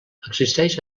existeix